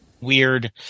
weird